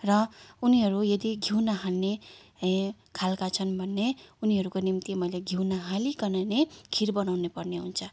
र उनीहरू यदि घिउ नखाने ए खालका छन् भने उनीहरूको निम्ति मैले घिउ नहालीकन नै खिर बनाउनुपर्ने हुन्छ